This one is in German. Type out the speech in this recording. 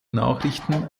nachrichten